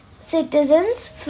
citizens